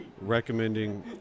recommending